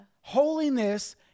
Holiness